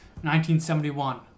1971